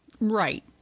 Right